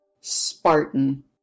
Spartan